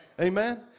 Amen